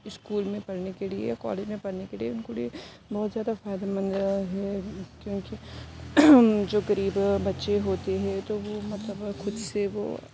school میں پڑھنے کے لیے کالج میں پڑھنے کے لیے ان کے لیے بہت زیادہ فائدے مند ہے کیونکہ جو غریب بچے ہوتے ہیں تو وہ مطلب خود سے وہ